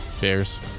Bears